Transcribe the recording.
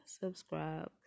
subscribe